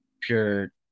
pure